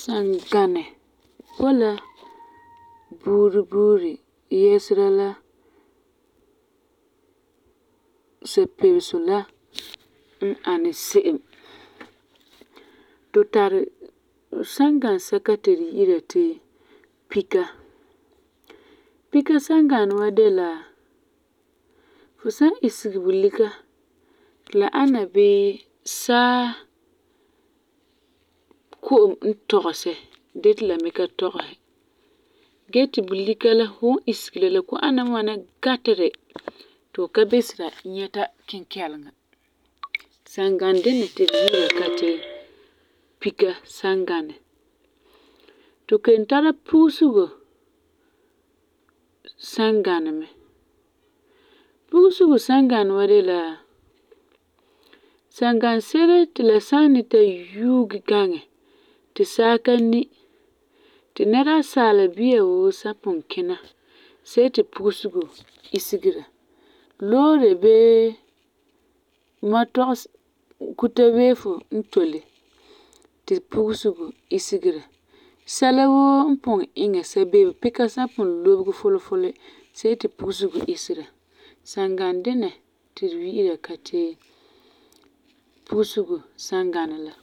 Sanganɛ boi la buuri buuri yɛsera la sapebesum la n ani se'em. Tu tari sanganɛ se'em ti tu wi'ira yeti pika. Pika sanganɛ wa de la fu san isege bulika ti la ana bii saa ko'om n tɔgesɛ gee ti la me ka tɔgesɛ. Gee ti bulika la fum n isege la la kɔ'ɔm ana mɛ ŋwana gateri ti fu ka bisera nyɛta kinkɛleŋa. Sangan dina ti tu wi'ira ka ti pika sanganɛ. Tu kelum tara pugesego sanganɛ mɛ. Pugesego sanganɛ wa de la sanganɛ se'ere ti la san ni ta yuuge gaŋɛ ti saa ka ni ti nɛra asaala bia woo san pugum kina, see ti pugesego isegera. Loore bii matɔgs kuta weefo n tole ti pugesego isegera, sɛla woo n pugum iŋɛ kusebego pika san pugum lobe fulefuli, see ti pugesego isegera. Sanganɛ dina ti tu wi'ira ka ti pugesego sanganɛ la.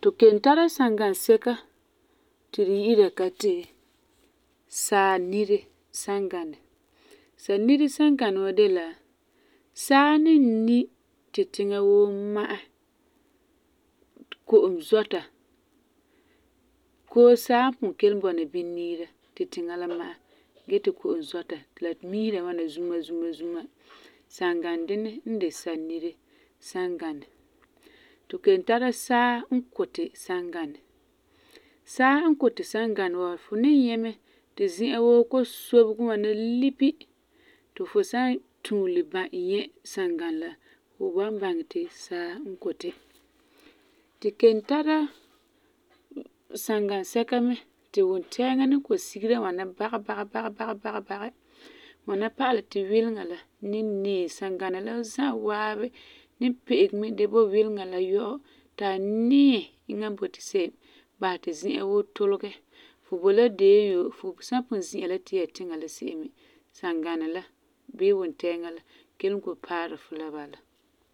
Tu kelum tara sangan sɛka ti ri wi'ira ka ti sanire sanganɛ. Sanire sanganɛ wa de la saa ni ni ti tiŋa woo ma'ɛ, ti ko'om zɔta koo saa n pugum kelum bɔna bini niira ti tiŋa la ma'ɛ gee ti ko'om zɔta ti la miisera ŋwana zumazuma, sangan dinɛ n de sanire sanganɛ. Tu kelum tara saa n kuti sanganɛ. Saa n kuti sanganɛ wa fu ni nyɛ mɛ ti zi'an woo kɔ'ɔm sobege ŋwana lipi ti fu san tuule bã nyɛ sanganɛ la fu wan baŋɛ ti saa n kuti. Tu kelum tara sangan sɛka mɛ ti wuntɛɛŋa ni kɔ'ɔm sigera ŋwana bagebagi. Ŋwana pa'alɛ ti wileŋa la ni niɛ sangana la za'a waabi ni pe'ege mɛ dee bo wileŋa la yɔ'ɔ ti a niɛ n boti se'em basɛ ti zi'an woo tulegɛ. Fu boi la deon yoo, fu san pugum zi'a la tia tiŋa la se'em me, sanganɛ la bii wuntɛɛŋa la kelum kɔ'ɔm paara fu la bala.